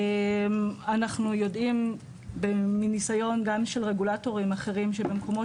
אנחנו יודעים מניסיון גם של רגולטורים אחרים במקומות